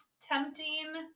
Tempting